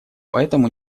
поэтому